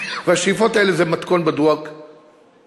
והשאיפות האלה זה מתכון בדוק לסכסוכים.